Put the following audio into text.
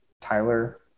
Tyler